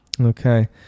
okay